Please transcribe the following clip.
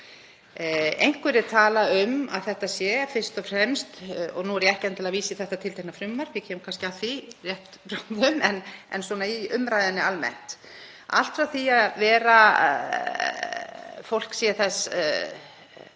Einhverjir tala um að þetta sé fyrst og fremst — og nú er ég ekki endilega vísa í þetta tiltekna frumvarp, ég kem kannski að því rétt bráðum — en svona í umræðunni almennt er þetta allt frá því að vera að fólk sé á